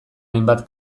hainbat